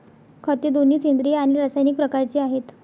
खते दोन्ही सेंद्रिय आणि रासायनिक प्रकारचे आहेत